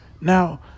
Now